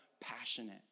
passionate